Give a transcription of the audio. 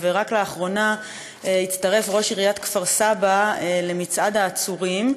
ורק לאחרונה הצטרף ראש עיריית כפר-סבא למצעד העצורים,